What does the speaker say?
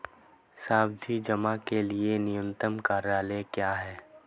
सावधि जमा के लिए न्यूनतम कार्यकाल क्या है?